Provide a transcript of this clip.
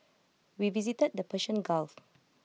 we visited the Persian gulf